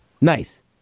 Nice